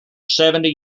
seventy